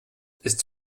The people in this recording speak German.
ist